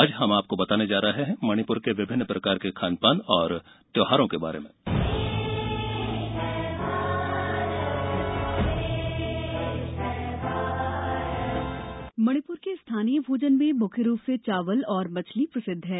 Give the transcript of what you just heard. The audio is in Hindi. आज हम आपको बताने जा रहे हैं मणिपुर के विभिन्न प्रकार के खान पान और त्यौहारों के बारे में मणिपुर के स्थानीय भोजन में मुख्य रूप से चावल तथा मछली प्रसिद्ध है